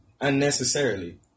unnecessarily